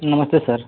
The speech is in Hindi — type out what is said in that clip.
नमस्ते सर